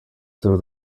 through